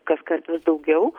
kaskart vis daugiau